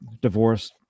divorced